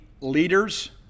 leaders